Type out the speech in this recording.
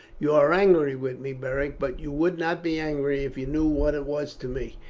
you are angry with me, beric, but you would not be angry if you knew what it was to me.